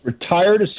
retired